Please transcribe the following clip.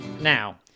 Now